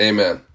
Amen